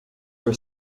were